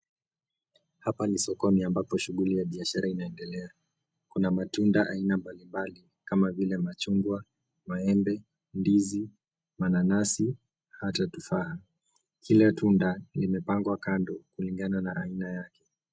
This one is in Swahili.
Hapa ni sokoni ambapo shughuli ya biashara inaendelea. Kuna matunda aina mbalimbali kama vile machungwa, maembe, ndizi, mananasi na hata tufaha. Kila tunda limepangwa kando kulingana na aina yake.